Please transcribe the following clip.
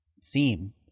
seem